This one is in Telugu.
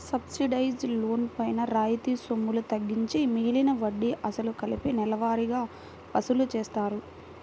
సబ్సిడైజ్డ్ లోన్ పైన రాయితీ సొమ్ములు తగ్గించి మిగిలిన వడ్డీ, అసలు కలిపి నెలవారీగా వసూలు చేస్తారు